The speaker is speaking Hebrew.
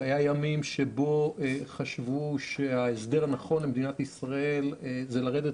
היו ימים שבהם חשבו שההסדר הנכון למדינת ישראל זה לרדת